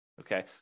Okay